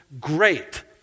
great